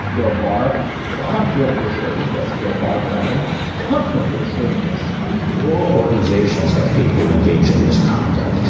bill barr confidently asserted yes. bill barr, bragin confidently asserted this whole organizations have people who engage in misconduct.